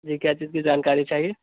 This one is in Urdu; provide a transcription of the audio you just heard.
جی کیا چیز کی جانکاری چاہیے